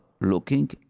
looking